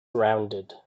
rounded